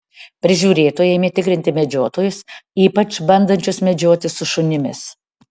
prižiūrėtojai ėmė tikrinti medžiotojus ypač bandančius medžioti su šunimis